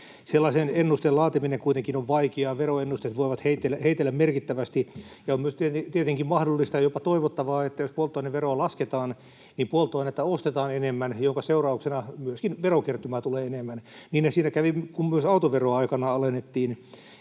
Sellaisen ennusteen laatiminen kuitenkin on vaikeaa. Veroennusteet voivat heitellä merkittävästi, ja on myös tietenkin mahdollista, jopa toivottavaa, että jos polttoaineveroa lasketaan, niin polttoaineita ostetaan enemmän, minkä seurauksena myöskin verokertymää tulee enemmän. Niinhän siinä kävi, kun autoveroa aikanaan alennettiin,